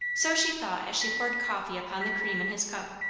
so she thought as she poured coffee upon the cream in his cup.